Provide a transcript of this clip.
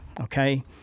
okay